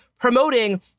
promoting